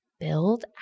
build